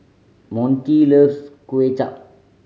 Monty loves Kway Chap